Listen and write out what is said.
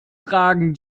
tragen